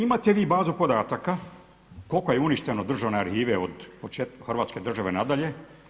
Imate vi bazu podataka koliko je uništeno državne arhive od Hrvatske države nadalje?